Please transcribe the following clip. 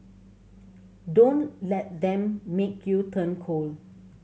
don't let them make you turn cold